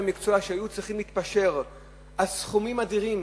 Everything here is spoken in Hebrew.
המקצוע שהם היו צריכים להתפשר על סכומים אדירים,